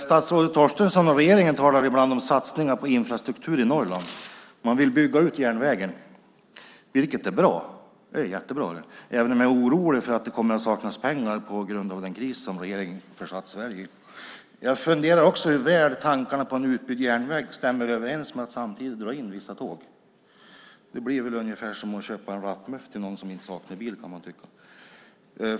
Statsrådet Torstensson och regeringen talar ibland om satsningar på infrastruktur i Norrland. Man vill bygga ut järnvägen, vilket är bra. Det är jättebra, även om jag är orolig för att det kommer att saknas pengar på grund av den kris som regeringen har försatt Sverige i. Jag funderar också på hur väl tankarna på en utbyggd järnväg stämmer överens med att man samtidigt drar in vissa tåg. Det blir väl som att köpa rattmuff till någon som saknar bil.